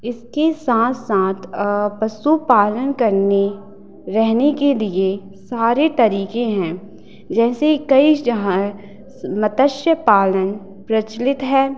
इसके साथ साथ पशुपालन करने रहने के लिए सारे तरीके हैं जैसे कई जगह मतस्य पालन प्रचलित है